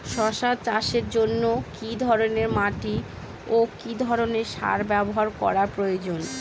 শশা চাষের জন্য কি ধরণের মাটি ও কি ধরণের সার ব্যাবহার করা প্রয়োজন?